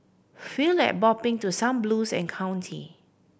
feel like bopping to some blues and county